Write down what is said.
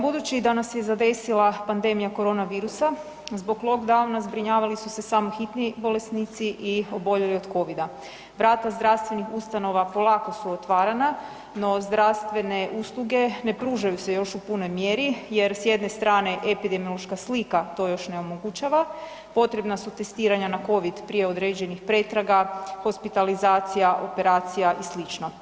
Budući da nas je zadesila pandemija koronavirusa zbog lockdowna zbrinjavali su se samo hitni bolesnici i oboljeli od COVID-a. vrata zdravstvenih ustanova polako su otvarana, no zdravstvene usluge ne pružaju se još u punoj mjeri jer s jedne strane epidemiološka slika to još ne omogućava, potrebna su testiranja na COVID prije određenih pretraga, hospitalizacija, operacija i slično.